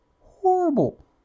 Horrible